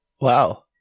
Wow